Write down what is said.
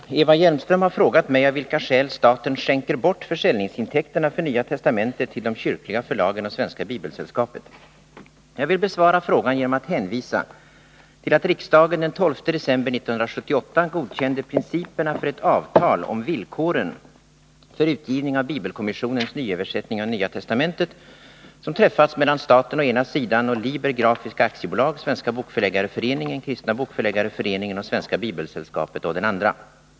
Herr talman! Eva Hjelmström har frågat mig av vilka skäl staten skänker bort försäljningsintäkterna för Nya testamentet till de kyrkliga förlagen och Svenska bibelsällskapet. Jag vill besvara frågan genom att hänvisa till att riksdagen den 12 december 1978 godkände principerna för ett avtal om villkoren för utgivning av Bibelkommissionens nyöversättning av Nya testamentet som träffats mellan staten å ena sidan och Liber Grafiska AB, Svenska bokförläggareföreningen, Kristna bokförläggareföreningen och Svenska bibelsällskapet å den andra.